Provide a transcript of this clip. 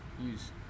use